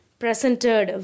presented